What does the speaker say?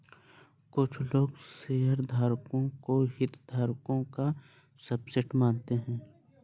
कुछ लोग शेयरधारकों को हितधारकों का सबसेट मानते हैं